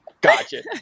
Gotcha